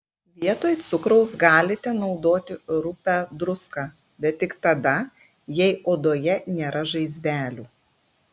vietoj cukraus galite naudoti rupią druską bet tik tada jei odoje nėra žaizdelių